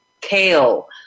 kale